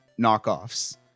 knockoffs